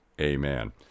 Amen